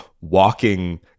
walking